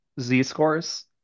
Z-scores